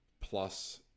plus